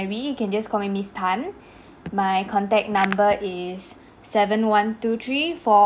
~ry you can just call me miss tan my contact number is seven one two three